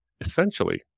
Essentially